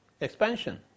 expansion